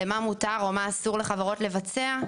למה מותר או מה אסור לחברות לבצע.